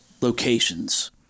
locations